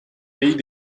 pays